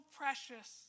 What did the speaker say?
precious